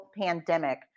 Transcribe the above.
pandemic